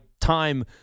time